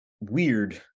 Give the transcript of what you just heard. weird